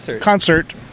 concert